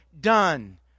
done